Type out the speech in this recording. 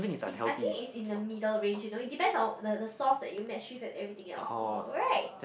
is I think is in the middle range you know it depends on the the sauce that you match with and everything else also right